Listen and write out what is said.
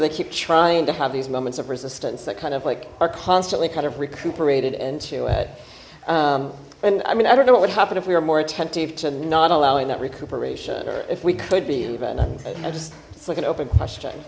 they keep trying to have these moments of resistance that kind of like are constantly kind of recuperated into it and i mean i don't know what would happen if we were more attentive to not allowing that recuperation or if we could be even and i just like an open question